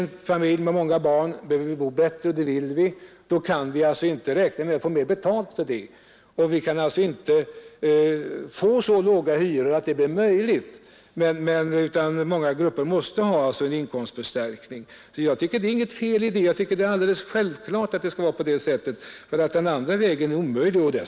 Om en familj med många barn vill bo bättre, kan vi inte räkna med att den får mera betalt för det. Men många familjer måste ha en inkomstförstärkning. Jag tycker inte att det är något fel. Det skall självklart vara på det sättet. Den andra vägen är omöjlig att gå.